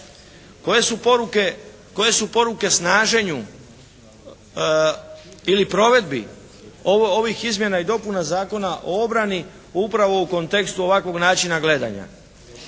Koje su poruke snaženju ili provedbi ovih izmjena i dopuna Zakona o obrani upravo u kontekstu ovakvog načina gledanja,